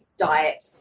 diet